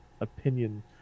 opinion